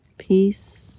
peace